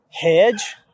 Hedge